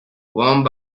one